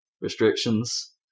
restrictions